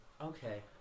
Okay